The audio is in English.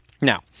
Now